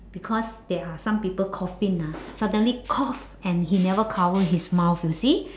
because there are some people coughing lah suddenly cough and he never cover his mouth you see